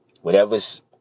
Whatever's